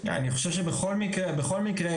אני חושב שבכל מקרה,